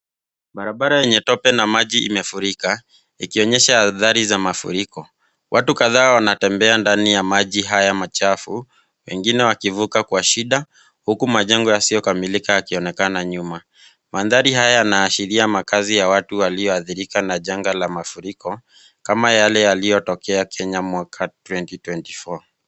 Barbara yenye tobe na maji imefurika ,ikionyesha hatari za mafuriko. Watu kadhaa wanatembea ndani ya maji haya machafu, wengine wakivuka kwa shida huku majengo yasiyokamilika yakionekana nyuma. Mandari haya yanaashiria makazi ya watu walioathirika na janga la mafuriko kama Yale yaliotokea Kenya mwaka 2024.